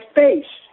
face